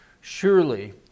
surely